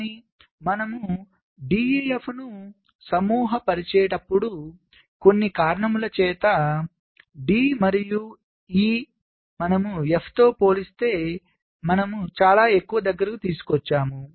కానీ మనము D E F ను సమూహపరిచేటప్పుడుకొన్ని కారణముల చేత చేత D మరియు E మనముF తో పోలిస్తే మనం చాలా ఎక్కువ దగ్గరకు తీసుకు వచ్చాము